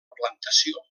plantació